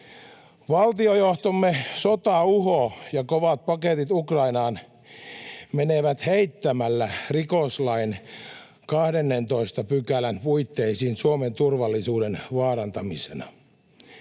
valtiojohtomme sotauho ja kovat paketit Ukrainaan menevät heittämällä rikoslain 12 §:n puitteisiin Suomen turvallisuuden vaarantamisena.